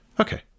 Okay